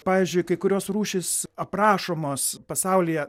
pavyzdžiui kai kurios rūšys aprašomos pasaulyje